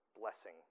blessing